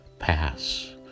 Pass